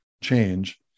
change